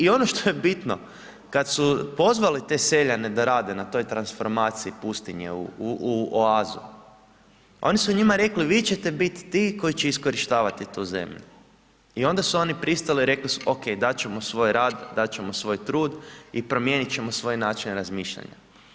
I ono što je bitno, kad su pozvale te seljane da rade na toj transformaciji pustinje u oazu, oni su njima rekli vi ćete bit ti koji će iskorištavati tu zemlju i onda su oni pristali i rekli su ok, dat ćemo svoj rad, dat ćemo svoj trud i promijenit ćemo svoj način razmišljanja.